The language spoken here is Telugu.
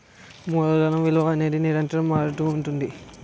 మూలధనం విలువ అనేది నిరంతరం మారుతుంటుంది